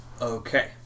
Okay